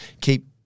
keep